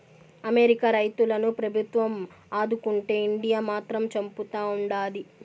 America రైతులను ప్రభుత్వం ఆదుకుంటే ఇండియా మాత్రం చంపుతా ఉండాది